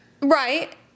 right